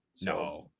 No